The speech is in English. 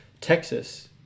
Texas